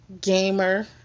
gamer